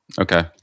Okay